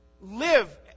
Live